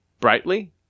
Brightly